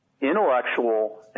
intellectual